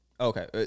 Okay